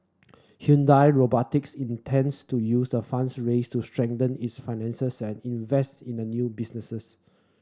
Hyundai Robotics intends to use the funds raised to strengthen its finances and invest in the new businesses